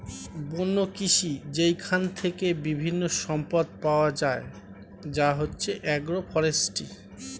বন্য কৃষি যেইখান থেকে বিভিন্ন সম্পদ পাওয়া যায় যা হচ্ছে এগ্রো ফরেষ্ট্রী